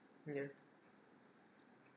ya